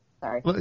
Sorry